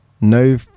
no